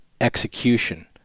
execution